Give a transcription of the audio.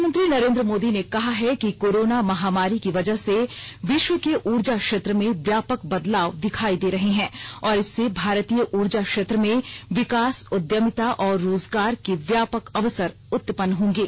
प्रधानमंत्री नरेन्द्र मोदी ने कहा है कि कोरोना महामारी की वजह से विश्व के ऊर्जा क्षेत्र में व्यापक बदलाव दिखाई दे रहे हैं और इससे भारतीय ऊर्जा क्षेत्र में विकास उद्यमिता और रोजगार के व्यापक अवसर उत्पन्न होंगे